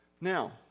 Now